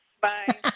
Bye